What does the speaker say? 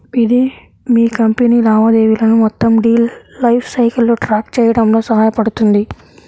ఇది మీ కంపెనీ లావాదేవీలను మొత్తం డీల్ లైఫ్ సైకిల్లో ట్రాక్ చేయడంలో సహాయపడుతుంది